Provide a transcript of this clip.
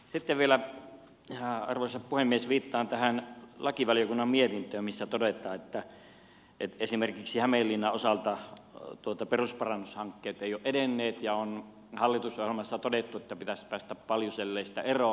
sitten vielä arvoisa puhemies viittaan tähän lakivaliokunnan mietintöön missä todetaan että esimerkiksi hämeenlinnan osalta perusparannushankkeet eivät ole edenneet ja on hallitusohjelmassa todettu että pitäisi päästä paljuselleistä eroon